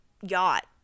yacht